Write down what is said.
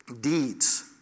deeds